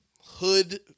hood